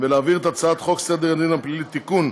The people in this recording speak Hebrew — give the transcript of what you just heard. ולהעביר את הצעת חוק סדר הדין הפלילי (תיקון,